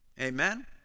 Amen